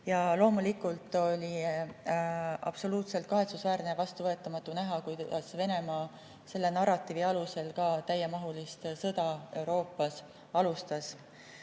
Loomulikult oli absoluutselt kahetsusväärne ja vastuvõetamatu näha, kuidas Venemaa selle narratiivi alusel täiemahulist sõda Euroopas alustas.